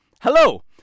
Hello